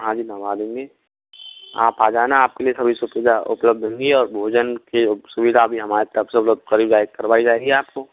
हाँ जी नहवा देंगे आप आ जाना आपके लिए सभी सुविधा उपलब होंगी और भोजन कि सुविधा भी हमारी तरफ से करी जाएगी करवाई जाएगी आपको